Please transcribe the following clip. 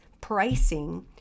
pricing